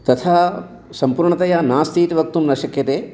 तथा सम्पूर्णतया नास्ति इति वक्तुं न शक्यते